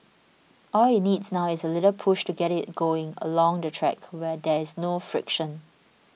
all it needs now is a little push to get it going along the track where there is no friction